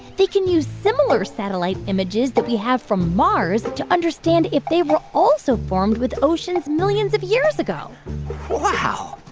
they can use similar satellite images that we have from mars to understand if they were also formed with oceans millions of years ago wow